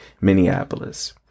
minneapolis